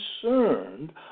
concerned